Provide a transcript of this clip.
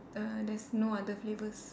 uh there's no other flavours